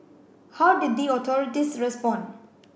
how did the authorities respond